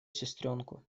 сестренку